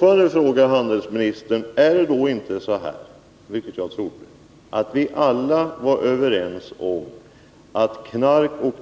Jag hoppas att vi alla är överens om att